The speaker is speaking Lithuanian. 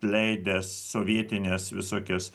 leidęs sovietines visokias